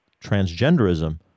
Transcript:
transgenderism